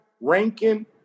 Rankin